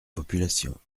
populations